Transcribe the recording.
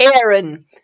Aaron